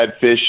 fish